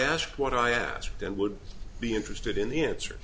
asked what i asked and would be interested in the answer